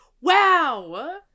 Wow